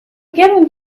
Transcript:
given